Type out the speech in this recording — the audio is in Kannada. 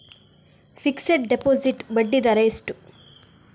ಫಿಕ್ಸೆಡ್ ಡೆಪೋಸಿಟ್ ಬಡ್ಡಿ ದರ ಎಷ್ಟು?